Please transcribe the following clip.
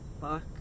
Fuck